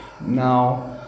Now